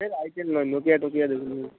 item নয় Nokia টোকিয়া দেখুন